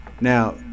Now